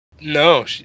No